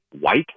White